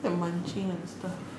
I feel like munching on stuff